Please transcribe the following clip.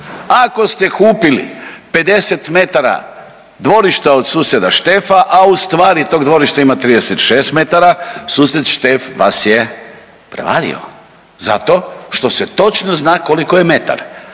Ako ste kupili 50 metara dvorišta od suseda Štefa, a u stvari tog dvorišta ima 36 metara sused Štef vas je prevario zato što se točno zna koliko je metar.